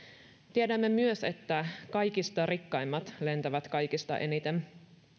tiedämme myös että kaikista rikkaimmat lentävät kaikista eniten